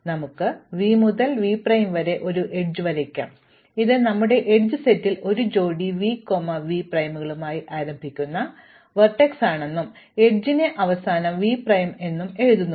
അതിനാൽ നമുക്ക് v മുതൽ v പ്രൈം വരെ ഒരു എഡ്ജ് വരയ്ക്കാം ഇത് ഞങ്ങളുടെ എഡ്ജ് സെറ്റിൽ ഒരു ജോഡി v കോമ v പ്രൈമുകളായി ആരംഭിക്കുന്ന വെർട്ടെക്സ് v ആണെന്നും എഡ്ജിന്റെ അവസാനം v പ്രൈം എന്നും എഴുതുന്നു